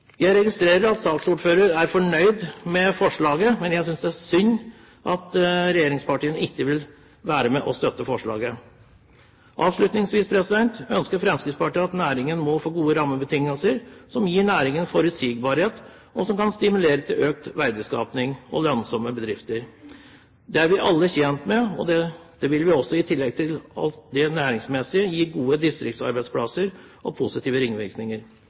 Jeg registrerer at saksordføreren er fornøyd med forslaget, men jeg synes det er synd at regjeringspartiene ikke vil være med på å støtte forslaget. Avslutningsvis vil jeg si at Fremskrittspartiet ønsker at næringen skal få gode rammebetingelser, som gir næringen forutsigbarhet, og som kan stimulere til økt verdiskaping og lønnsomme bedrifter. Det er vi alle tjent med, og det vil – i tillegg til det næringsmessige – gi gode distriktsarbeidsplasser og positive ringvirkninger.